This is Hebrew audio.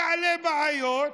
תעלה בעיות,